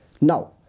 Now